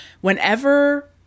whenever